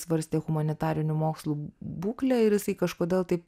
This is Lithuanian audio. svarstė humanitarinių mokslų būklę ir jisai kažkodėl taip